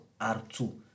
R2